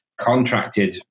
contracted